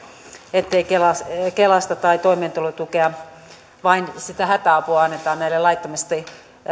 ettei kelasta apua tai toimeentulotukea anneta vain sitä hätäapua annetaan näille laittomasti